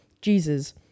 Jesus